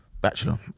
bachelor